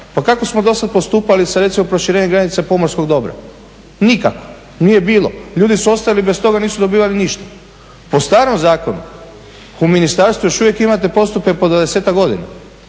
pa kako smo dosad postupali sa recimo proširenjem granica pomorskog dobra? Nikako, nije bilo. Ljudi su ostajali bez toga i nisu dobivali ništa. Po starom zakonu u ministarstvu još uvijek imate postupke po 20-ak godina,